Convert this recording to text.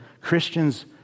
Christians